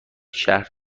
شهر